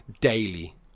daily